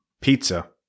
Pizza